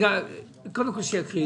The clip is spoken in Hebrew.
קודם נתחיל לקרוא.